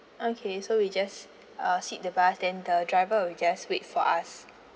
okay so we just uh sit the bus then the driver will just wait for us